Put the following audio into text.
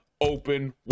open